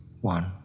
One